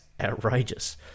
outrageous